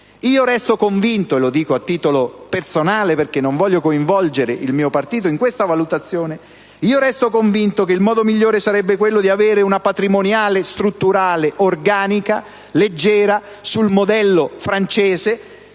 Io resto convinto, e lo dico a titolo personale, perché non voglio in alcun modo coinvolgere il mio partito in questa valutazione, che il modo migliore sarebbe quello di avere una patrimoniale strutturale organica, leggera, sul modello francese,